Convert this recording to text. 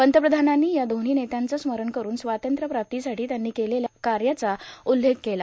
पंतप्रधानांनी या दोव्ही नेत्यांच स्मरण करून स्वातंत्र्य प्राप्तीसाठी त्यांनी केलेल्या कार्याचा उल्लेख केला